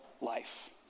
life